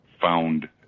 found